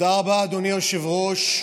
תודה רבה, אדוני היושב-ראש.